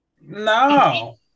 No